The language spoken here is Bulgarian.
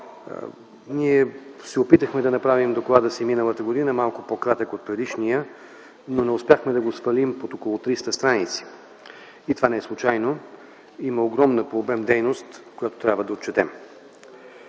Ние се опитахме да направим доклада си за миналата година малко по-кратък от предишния, но не успяхме да го свалим под около 300 страници. И това не е случайно – има огромна по обем дейност, която трябва да отчетем.